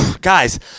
Guys